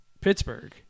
Pittsburgh